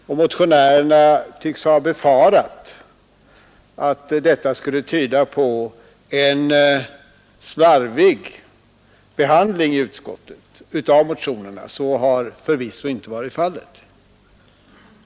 De tycks befara att detta tyder på en slarvig behandling av motionerna i utskottet. Så har förvisso inte varit fallet.